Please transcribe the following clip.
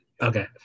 Okay